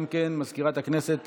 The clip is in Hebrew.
מזכירת הכנסת